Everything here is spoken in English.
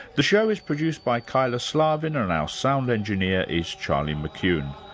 the show is produced by kyla slaven, and our sound engineer is charlie mckune.